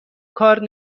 کار